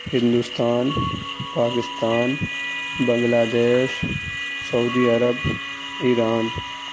Hindustan Pakistan Bangladesh Saudi Arab Iran